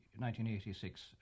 1986